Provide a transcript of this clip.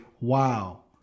wow